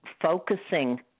focusing